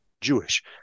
Jewish